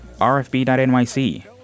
RFB.NYC